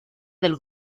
del